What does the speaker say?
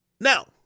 Now